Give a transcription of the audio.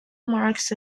marks